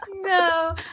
No